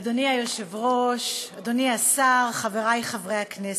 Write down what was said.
אדוני היושב-ראש, אדוני השר, חברי חברי הכנסת,